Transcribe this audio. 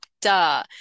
duh